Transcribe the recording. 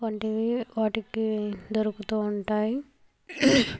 వంటివి వాటికి దోరుకుతూ ఉంటాయి